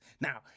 Now